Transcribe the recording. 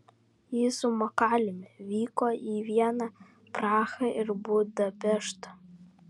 ji su makaliumi vyko į vieną prahą ir budapeštą